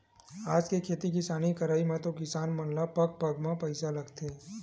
आज के खेती किसानी करई म तो किसान मन ल पग पग म पइसा लगथे